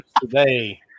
today